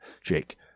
Jake